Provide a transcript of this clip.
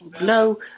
no